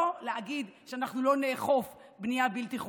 לא להגיד שאנחנו לא נאכוף בנייה בלתי חוקית.